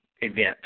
event